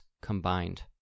combined